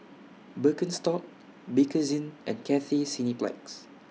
Birkenstock Bakerzin and Cathay Cineplex